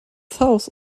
south